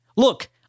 Look